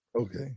Okay